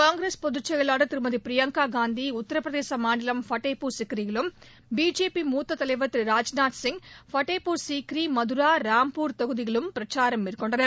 காங்கிரஸ் பொதுச் செயலாளர் திருமதி பிரியங்கா காந்தி உத்தரப் பிரதேச மாநிலம் பதேபூர் சிக்ரியிலும் பிஜேபி முத்த தலைவர் திரு ராஜ்நாத் சிங் பதேப்பூர் சிக்ரி மத்ரா ராம்பூர் தொகுதியிலும் பிரச்சாரம் மேற்கொண்டனர்